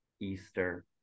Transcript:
Easter